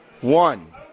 One